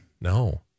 No